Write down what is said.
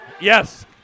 Yes